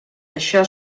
això